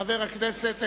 חבר הכנסת אילטוב.